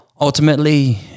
Ultimately